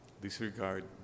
disregard